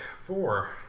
four